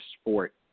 sport